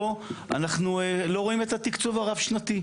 פה אנחנו לא רואים את התקצוב הרב-שנתי.